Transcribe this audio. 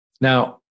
Now